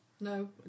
No